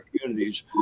communities